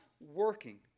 working